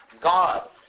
god